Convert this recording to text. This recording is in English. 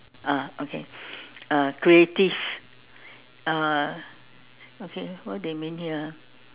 ah okay uh creative uh okay what they mean here ah